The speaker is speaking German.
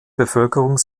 bevölkerung